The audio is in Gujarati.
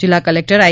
જિલ્લા ક્લેક્ટર આઈ